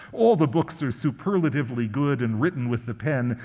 all the books are superlatively good and written with the pen,